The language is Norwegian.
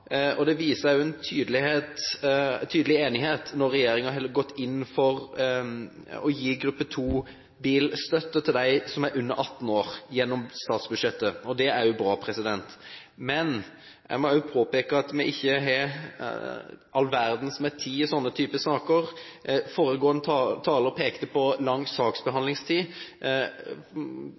Det vises også en tydelig enighet når regjeringen har gått inn for å gi gruppe 2-bilstøtte til dem som er under 18 år, gjennom statsbudsjettet. Det er også bra. Jeg må også påpeke at vi ikke har all verdens med tid i denne typen saker. Foregående taler pekte på lang saksbehandlingstid.